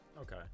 Okay